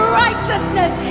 righteousness